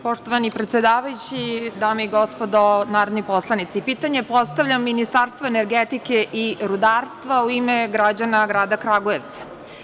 Poštovani predsedavajući, dame i gospodo narodni poslanici, pitanje postavljam Ministarstvu energetike i rudarstva u ime građana grada Kragujevca.